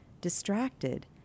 distracted